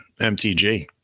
MTG